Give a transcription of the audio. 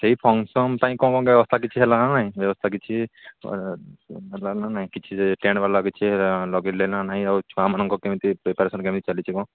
ସେଇ ଫଙ୍କସନ ପାଇଁ କ'ଣ କ'ଣ ବ୍ୟବସ୍ଥା କିଛି ହେଲାନା ନାହିଁ ବ୍ୟବସ୍ଥା କିଛି ହେଲାନା ନାହିଁ କିଛି ଟେଣ୍ଟ୍ ବାଲା କିଛି ଲଗେଇଲେ ନା ନାହିଁ ଆଉ ଛୁଆମାନଙ୍କ କେମିତି ପ୍ରିପାରେସନ କେମିତି ଚାଲିଛି କ'ଣ